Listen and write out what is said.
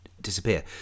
disappear